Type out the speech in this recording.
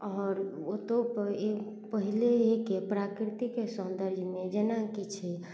आओर ओतौ पहिलेके प्राकृतिक सौन्दर्जमे जेनाकि छै